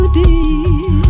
deep